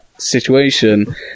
situation